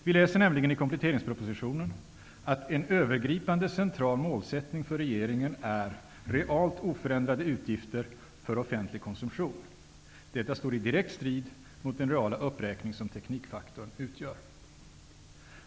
Vi läser nämligen i kompletteringspropositionen att en övergripande central målsättning för regeringen är realt oförändrade utgifter för offentlig konsumtion. Detta står i direkt strid mot den reala uppräkning som teknikfaktorn utgör.